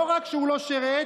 לא רק שהוא לא שירת,